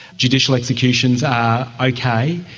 judicial executions are okay.